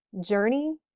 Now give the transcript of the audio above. journey